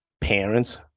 Parents